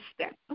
step